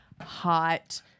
hot